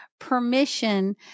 permission